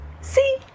See